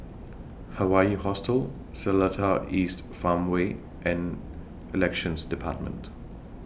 Hawaii Hostel Seletar East Farmway and Elections department